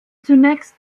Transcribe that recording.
zunächst